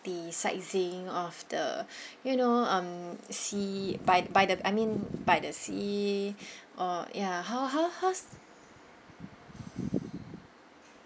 the sightseeing of the you know um sea by by the I mean by the sea or ya how how how's